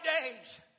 days